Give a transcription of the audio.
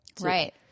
Right